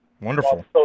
Wonderful